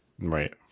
Right